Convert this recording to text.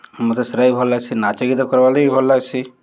ମତେ ସେଟା ବି ଭଲ୍ ଲାଗ୍ସି ନାଚ ଗୀତ କର୍ବାର୍ଲାଗି ବି ଭଲ୍ ଲାଗ୍ସି